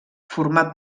format